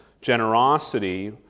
generosity